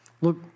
Look